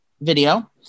Video